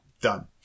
done